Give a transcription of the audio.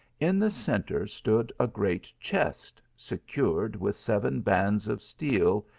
in the centre stood a great chest, secured with seven bands of steel,